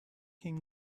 him